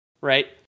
right